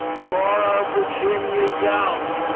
laura virginia young,